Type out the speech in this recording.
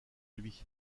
lui